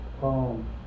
home